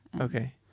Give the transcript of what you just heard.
Okay